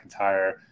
McIntyre